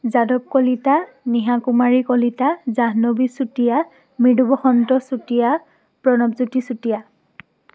Yadav Kalita Niha Kumari Kalita Jahnavi Chutia Mridu Basanta Chutia Pranabjyoti Chutia